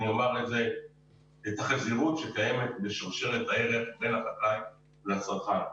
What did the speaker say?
אני אומר את זה כך - החזירות שקיימת בשרשרת הערך בין החקלאי לצרכן.